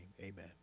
Amen